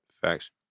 Facts